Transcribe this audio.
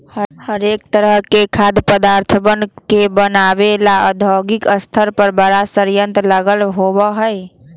हरेक तरह के खाद्य पदार्थवन के बनाबे ला औद्योगिक स्तर पर बड़ा संयंत्र लगल होबा हई